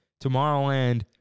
Tomorrowland